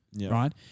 right